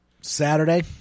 Saturday